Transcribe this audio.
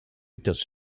does